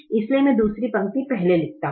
इसलिए मैं दूसरी पंक्ति पहले लिखता हूं